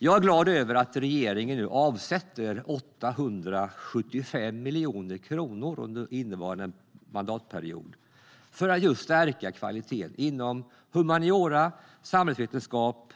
Jag är glad över att regeringen nu avsätter 875 miljoner kronor under innevarande mandatperiod för att just stärka kvaliteten inom humaniora och samhällsvetenskap